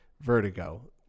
Vertigo